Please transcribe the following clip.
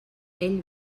ell